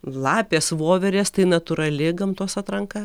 lapės voverės tai natūrali gamtos atranka